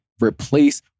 Replace